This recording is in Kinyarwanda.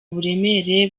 buremere